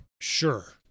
sure